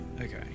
Okay